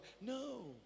No